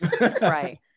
right